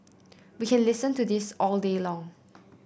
we can listen to this all day long